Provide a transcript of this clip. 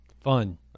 Fun